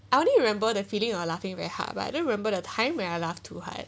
I only remember the feeling you are laughing very hard but I don't remember the time when I laugh too hard